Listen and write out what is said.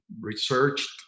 researched